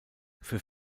für